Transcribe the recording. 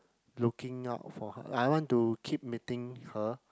looking out for her I want to keep meeting her